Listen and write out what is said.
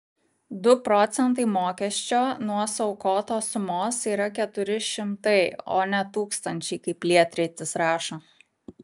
du procentai mokesčio nuo suaukotos sumos yra keturi šimtai o ne tūkstančiai kaip lietrytis rašo